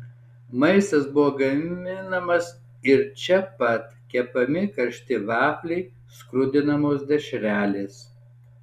maistas buvo gaminamas ir čia pat kepami karšti vafliai skrudinamos dešrelės